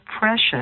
precious